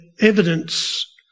evidence